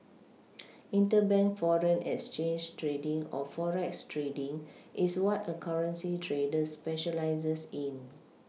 interbank foreign exchange trading or forex trading is what a currency trader specialises in